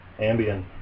Ambien